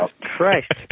Christ